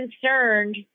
concerned